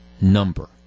number